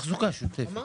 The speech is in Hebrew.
אמרנו,